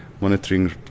monitoring